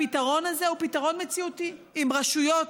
הפתרון הזה הוא פתרון מציאותי: אם רשויות,